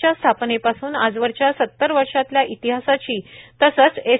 च्या स्थापनेपासून आजवरच्या सत्तर वर्षातल्या इतिहासाची तसंच एस